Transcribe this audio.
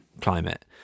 climate